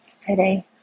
today